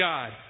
God